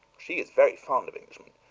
she is very fond of englishmen.